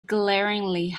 glaringly